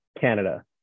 Canada